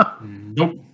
Nope